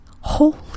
Holy